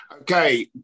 Okay